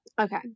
Okay